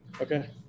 Okay